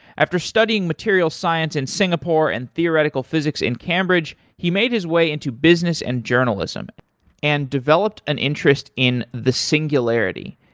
after studying material science in and singapore and theoretical physics in cambridge, he made his way into business and journalism and developed an interest in the singularity,